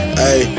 hey